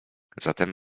zatem